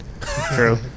True